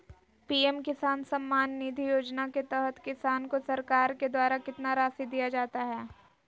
PM किसान सम्मान निधि योजना के तहत किसान को सरकार के द्वारा कितना रासि दिया जाता है?